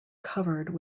covered